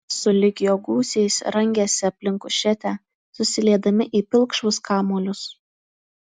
sulig jo gūsiais rangėsi aplink kušetę susiliedami į pilkšvus kamuolius